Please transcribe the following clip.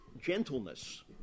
gentleness